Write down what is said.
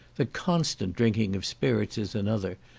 the constant drinking of spirits is another,